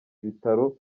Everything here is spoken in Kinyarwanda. ibitabo